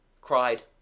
cried